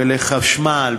ולחשמל,